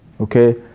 Okay